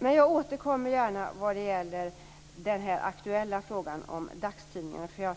Jag återkommer gärna vad gäller den aktuella frågan om dagstidningar.